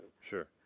Sure